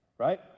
Right